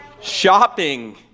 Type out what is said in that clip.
Shopping